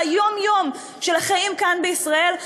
על היום-יום של החיים כאן בישראל,